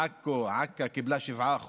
עכו, עכא, קיבלה 7%,